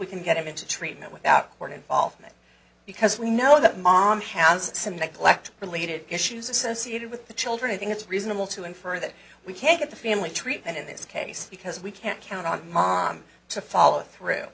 we can get him into treatment without or an involvement because we know that mom has some like collect related issues associated with the children i think it's reasonable to infer that we can't get the family treatment in this case because we can't count on mom to follow through